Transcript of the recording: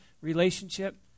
relationship